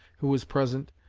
who was present,